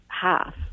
half